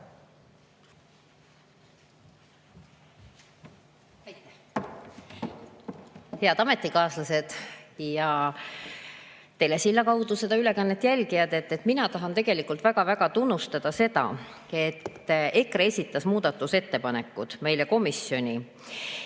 Head ametikaaslased ja telesilla kaudu seda ülekannet jälgijad! Mina tahan tegelikult väga-väga tunnustada seda, et EKRE esitas muudatusettepanekud meile komisjoni.